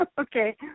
Okay